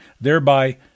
thereby